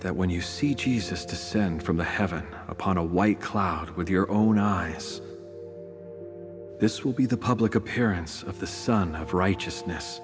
that when you see jesus descend from the have upon a white cloud with your own eyes this will be the public appearance of the sun of righteousness